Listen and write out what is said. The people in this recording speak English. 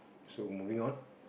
so moving on